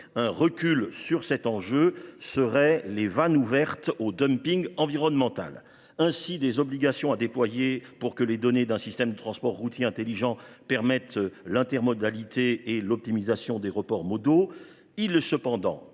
Un recul sur cet enjeu ouvrirait les vannes au dumping environnemental. Il en va de même, enfin, des obligations à déployer pour que les données d’un système de transport routier intelligent permettent l’intermodalité et l’optimisation des reports modaux.